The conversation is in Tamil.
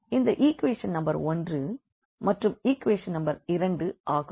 இது ஈக்வேஷன் நம்பர் 1 மற்றும் ஈக்வேஷன் நம்பர்2 ஆகும்